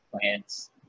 plants